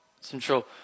Central